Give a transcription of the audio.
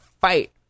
fight